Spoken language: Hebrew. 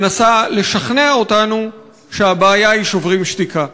מנסה לשכנע אותנו שהבעיה היא "שוברים שתיקה".